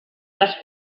les